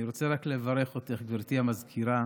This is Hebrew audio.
אני רוצה רק לברך אותך, גברתי המזכירה,